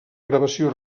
gravació